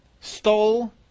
Stole